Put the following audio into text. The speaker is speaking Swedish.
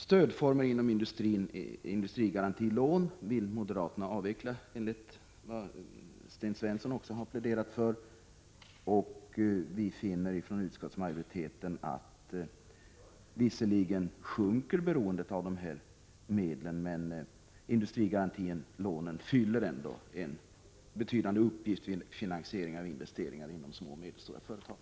Stödformen inom industrigarantilån vill moderaterna avveckla, vilket Sten Svensson också har pläderat för. Utskottsmajoriteten finner att beroendet av de här medlen visserligen sjunker, men industrigarantilånen fyller ändock en viktig uppgift vid finansieringen av investeringar inom små och medelstora företag.